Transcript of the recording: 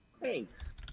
Thanks